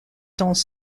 dans